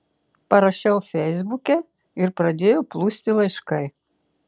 parašiau feisbuke ir pradėjo plūsti laiškai